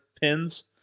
pins